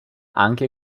anche